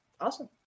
Awesome